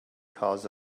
cause